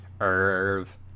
Irv